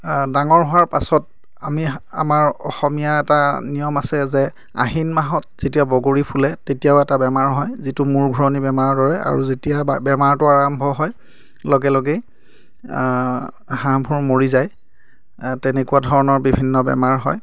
আ ডাঙৰ হোৱাৰ পাছত আমি আমাৰ অসমীয়া এটা নিয়ম আছে যে আহিন মাহত যেতিয়া বগৰী ফুলে তেতিয়াও এটা বেমাৰ হয় যিটো মূৰ ঘূৰণি বেমাৰৰ দৰে আৰু যেতিয়া বেমাৰটো আৰম্ভ হয় লগে লগেই আ হাঁহবোৰ মৰি যায় আ তেনেকুৱা ধৰণৰ বিভিন্ন বেমাৰ হয়